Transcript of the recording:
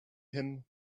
him